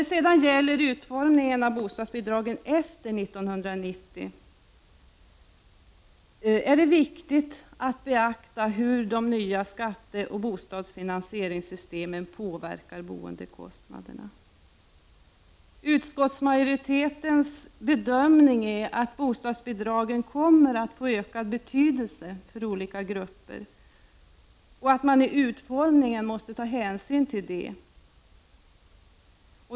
När det gäller utformningen av bostadsbidragen efter 1990 är det viktigt att beakta hur skatteomläggningen och de nya bostadsfinansieringssystemen påverkar boendekostnaderna. Utskottsmajoritetens bedömning är att bostadsbidragen kommer att få ökad betydelse för olika grupper och att man vid utformningen måste ta hänsyn härtill.